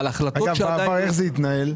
רגע, בעבר איך זה התנהל?